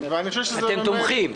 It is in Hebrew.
אתם תומכים.